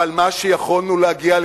אבל מה שיכולנו להגיע,